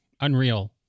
unreal